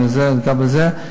וגם זה,